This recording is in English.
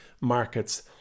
market's